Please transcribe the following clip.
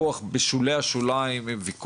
רואים 1-2, זה זוג